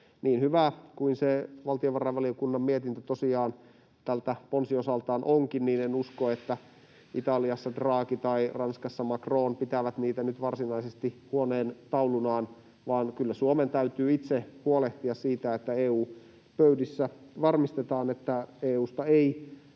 Niin hyvä kuin se valtiovarainvaliokunnan mietintö tosiaan tältä ponsiosaltaan onkin, niin en usko, että Italiassa Draghi tai Ranskassa Macron pitävät niitä nyt varsinaisesti huoneentaulunaan, vaan kyllä Suomen täytyy itse huolehtia siitä, että EU-pöydissä varmistetaan, että EU:sta ei